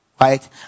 right